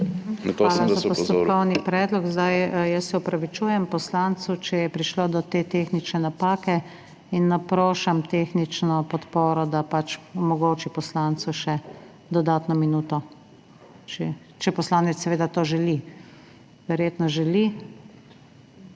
postopkovni predlog. Jaz se opravičujem poslancu, če je prišlo do te tehnične napake in naprošam tehnično podporo, da pač omogoči poslancu še dodatno minuto, če poslanec seveda to želi. Verjetno želi.